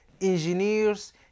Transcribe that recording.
engineers